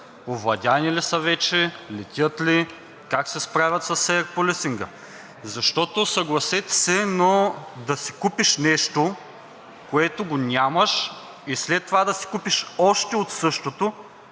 Овладени ли са вече? Летят ли? Как се справят с Air Policing? Защото, съгласете се, но да си купиш нещо, което го нямаш, и след това да си купиш още от същото,